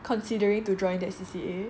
considering to join that C_C_A